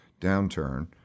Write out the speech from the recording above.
downturn